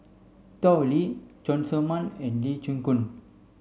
Tao Li Cheng Tsang Man and Lee Chin Koon